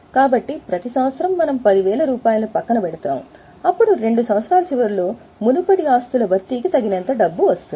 కాబట్టి ప్రతి సంవత్సరం మనం 10000 రూపాయలను పక్కన పెడతాము అప్పుడు 2 సంవత్సరాల చివరలో మునుపటి ఆస్తుల భర్తీకి తగినంత డబ్బు వస్తుంది